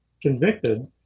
convicted